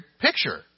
picture